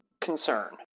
concern